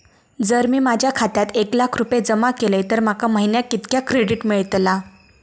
जर मी माझ्या खात्यात एक लाख रुपये जमा केलय तर माका महिन्याक कितक्या क्रेडिट मेलतला?